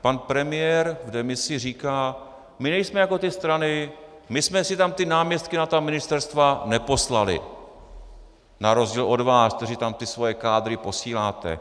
Pan premiér v demisi říká: My nejsme jako ty strany, my jsme si tam ty náměstky na ta ministerstva neposlali, na rozdíl od vás, kteří tam ty svoje kádry posíláte.